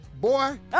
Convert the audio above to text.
Boy